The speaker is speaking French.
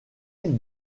ils